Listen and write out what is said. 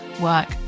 work